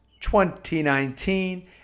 2019